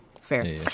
Fair